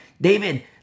David